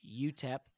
UTEP